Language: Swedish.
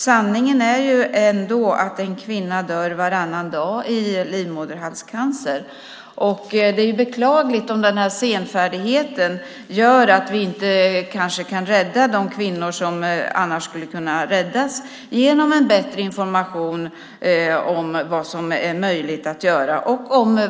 Sanningen är ändå att en kvinna dör varannan dag i livmoderhalscancer. Det är beklagligt om denna senfärdighet gör att vi inte kan rädda de kvinnor som annars skulle kunna räddas genom en bättre information om vaccinet och om vad som är möjligt att göra.